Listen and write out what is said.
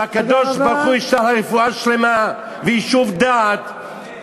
שהקדוש-ברוך-הוא ישלח לה רפואה שלמה ויישוב דעת.